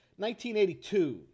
1982